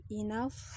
enough